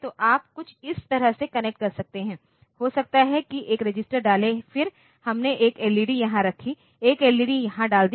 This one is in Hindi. तो आप कुछ इस तरह से कनेक्ट कर सकते हैं हो सकता है कि एक रजिस्टर डालें फिर हमने 1 एलईडी यहां रखी एक एलईडी यहां डाल दी